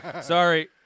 Sorry